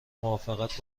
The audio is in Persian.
موافقت